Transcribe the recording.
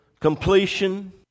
completion